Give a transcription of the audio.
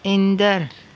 ईंदड़ु